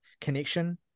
connection